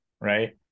right